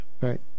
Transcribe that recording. right